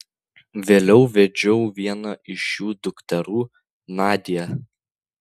vėliau vedžiau vieną iš jų dukterų nadią